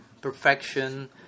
perfection